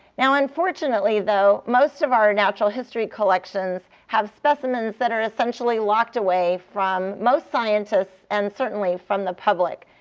now, unfortunately though, most of our natural history collections have specimens that are essentially locked away from most scientists, and certainly from the public.